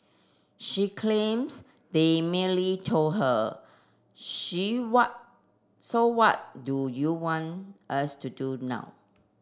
she claims they merely told her she so what do you want us to do now